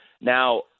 Now